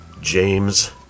James